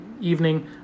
evening